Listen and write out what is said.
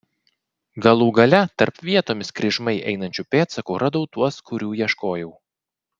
galų gale tarp vietomis kryžmai einančių pėdsakų radau tuos kurių ieškojau